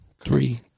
Three